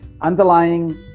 underlying